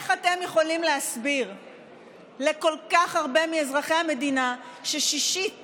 איך אתם יכולים להסביר לכל כך הרבה מאזרחי המדינה ששישית